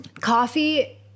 Coffee